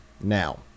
Now